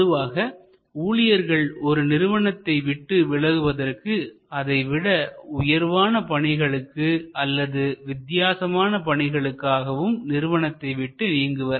பொதுவாக ஊழியர்கள் ஒரு நிறுவனத்தை விட்டு விலகுவதற்கு அதைவிட உயர்வான பணிகளுக்கு அல்லது வித்தியாசமான பணிகளுக்காகவும் நிறுவனத்தை விட்டு நீங்குவர்